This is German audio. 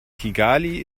kigali